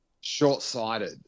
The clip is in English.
short-sighted